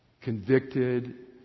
convicted